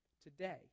today